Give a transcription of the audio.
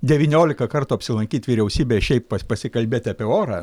devyniolika kartų apsilankyt vyriausybėj šiaip pasikalbėt apie orą